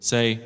Say